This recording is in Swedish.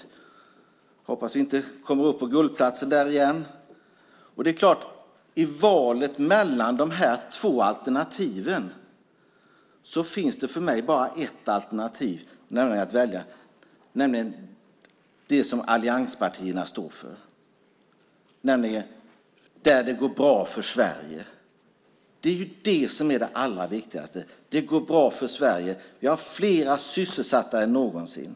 Jag hoppas vi inte kommer upp på guldplatsen igen. I valet mellan de två alternativen finns det för mig bara ett alternativ, nämligen det som allianspartierna står för - det som går bra för Sverige. Det är det viktigaste. Vi har fler sysselsatta än någonsin.